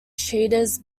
cheetahs